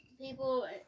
people